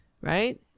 Right